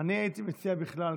אני הייתי מציע בכלל,